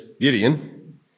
Gideon